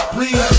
Please